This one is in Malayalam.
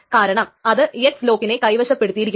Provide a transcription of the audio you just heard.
കാരണം അത് എക്സ് ലോക്കിനെ കൈവശപ്പെടുത്തിയിരിക്കുന്നു